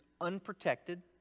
unprotected